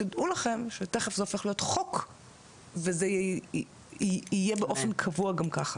תדעו לכם שתיכף זה הופך להיות חוק וזה יהיה באופן קבוע גם ככה.